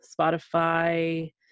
Spotify